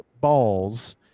balls